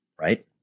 right